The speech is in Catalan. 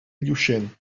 llutxent